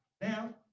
Now